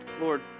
Lord